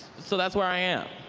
so that's where i am.